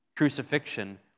Crucifixion